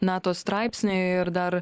nato straipsnį ir dar